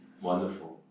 Wonderful